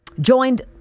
joined